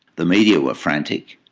the media were frantic,